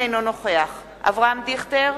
אינו נוכח אברהם דיכטר,